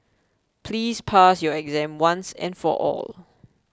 please pass your exam once and for all